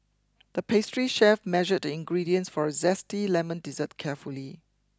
the pastry chef measured the ingredients for a zesty lemon dessert carefully